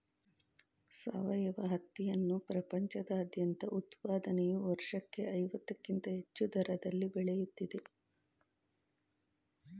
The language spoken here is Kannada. ಸಾವಯವ ಹತ್ತಿಯನ್ನು ಪ್ರಪಂಚದಾದ್ಯಂತ ಉತ್ಪಾದನೆಯು ವರ್ಷಕ್ಕೆ ಐವತ್ತಕ್ಕಿಂತ ಹೆಚ್ಚು ದರದಲ್ಲಿ ಬೆಳೆಯುತ್ತಿದೆ